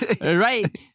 Right